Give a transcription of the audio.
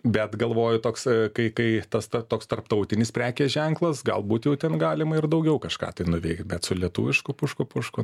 bet galvoju toks kai kai tas toks tarptautinis prekės ženklas galbūt jau ten galima ir daugiau kažką nuveikt kad su lietuvišku pušku pušku